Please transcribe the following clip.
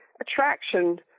attraction